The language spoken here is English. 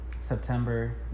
September